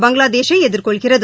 பங்களாதேஷை எதிர்கொள்கிறது